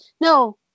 No